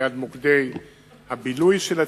וליד מוקדי הבילוי של הצעירים,